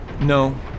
No